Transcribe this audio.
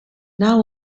now